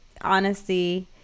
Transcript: honesty